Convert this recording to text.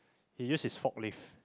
he use his forklift